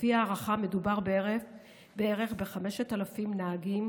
לפי ההערכה מדובר בערך ב-5,000 נהגים,